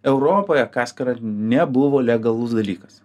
europoje kaskara nebuvo legalus dalykas